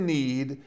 need